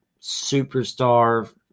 superstar –